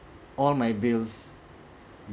all my bills